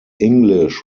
english